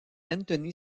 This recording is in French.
anthony